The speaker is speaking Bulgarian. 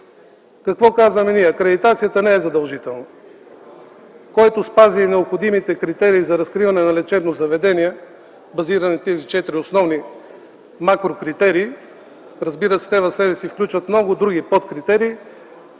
Какво казваме ние? Акредитацията не е задължителна. Който спази необходимите критерии за разкриване на лечебно заведение, базирано на тези четири основни макро критерии, разбира се, те в себе си включват много други под критерии,